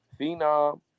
Phenom